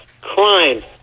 crime